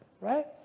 right